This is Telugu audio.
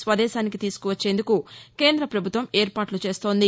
స్వదేశానికి తీసుకువచ్చేందుకు కేంద్ర పభుత్వం ఏర్పాట్ల చేస్తోంది